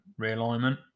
realignment